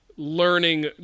Learning